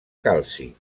calci